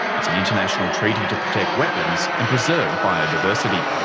it's an international treaty to protect wetlands and preserve biodiversity.